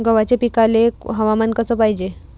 गव्हाच्या पिकाले हवामान कस पायजे?